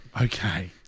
Okay